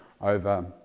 over